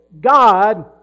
God